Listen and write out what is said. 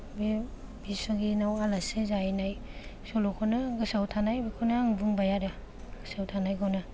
बे बिसुखेनाव आलासि जाहैनाय सल'खौनो गोसोआव थानाय बेखौनो आं बुंबाय आरो गोसोआव थानायखौनो